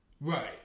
Right